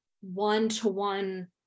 one-to-one